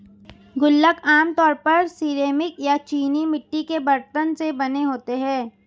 गुल्लक आमतौर पर सिरेमिक या चीनी मिट्टी के बरतन से बने होते हैं